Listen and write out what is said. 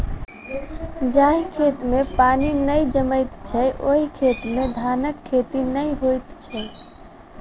जाहि खेत मे पानि नै जमैत छै, ओहि खेत मे धानक खेती नै होइत छै